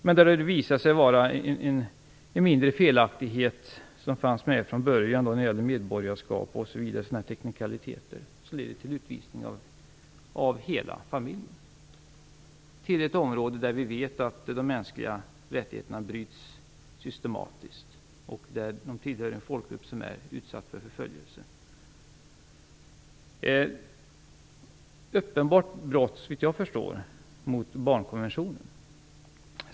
Det har dock visat sig att det från början fanns en mindre felaktighet när det gällde deras medborgarskap - det handlar om teknikaliteter. Detta har lett till en utvisning av hela familjen, och det till ett område där vi vet att man systematiskt bryter mot de mänskliga rättigheterna. Dessa människor tillhör en folkgrupp som är utsatt för förföljelser. Detta är såvitt jag förstår ett uppenbart brott mot barnkonventionen.